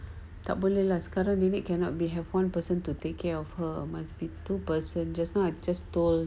tak boleh lah sekarang nenek have one person to take care of her must be two person just now I just told